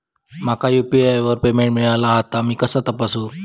माका यू.पी.आय वर पेमेंट मिळाला हा ता मी कसा तपासू?